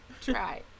Try